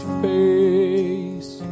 face